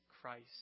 Christ